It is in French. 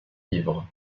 livres